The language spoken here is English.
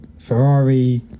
Ferrari